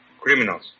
Criminals